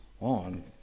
on